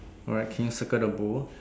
alright can you circle the bowl